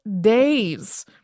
days